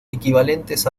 equivalentes